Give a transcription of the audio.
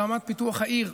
ברמת פיתוח העיר,